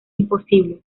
imposible